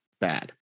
bad